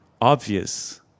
obvious